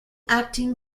acting